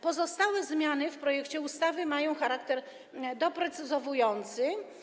Pozostałe zmiany w projekcie ustawy mają charakter doprecyzowujący.